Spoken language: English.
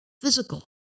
physical